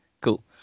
cool